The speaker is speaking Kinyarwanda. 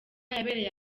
yabereye